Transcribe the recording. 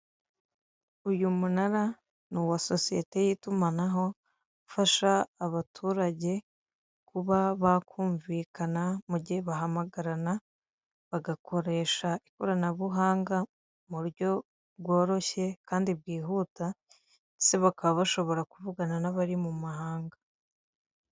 Uyu munara ni uwa sosiyete y'itumanaho ufasha abaturage kuba bakumvikana mu gihe bahamagarana bagakoresha ikoranabuhanga mu buryo bworoshye kandi bwihuta, ndetse bakaba bashobora kuvugana n'abari mu mahanga.